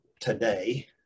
today